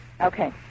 Okay